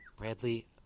Bradley